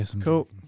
cool